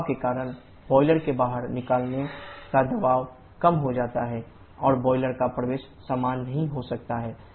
दबाव के कारण बॉयलर के बाहर निकलने पर दबाव कम हो जाता है और बॉयलर का प्रवेश समान नहीं हो सकता है